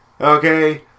Okay